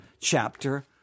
chapter